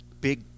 big